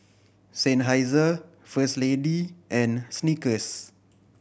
Seinheiser First Lady and Snickers